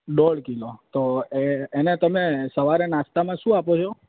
દોઢ કિલો તો એ એને તમે સવારે નાસ્તામાં શું આપો છો